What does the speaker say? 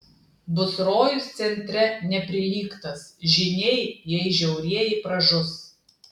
bus rojus centre neprilygtas žyniai jei žiaurieji pražus